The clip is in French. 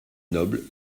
nobles